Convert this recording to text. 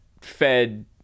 Fed